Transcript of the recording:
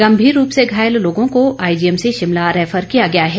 गंभीर रूप से घायल लोगों को आईजीएमसी शिमला रैफर किया गया है